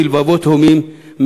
בלבבות הומים,